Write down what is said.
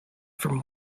from